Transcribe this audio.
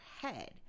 head